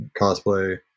Cosplay